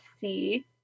see